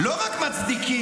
לא רק מצדיקים,